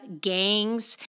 gangs